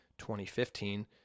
2015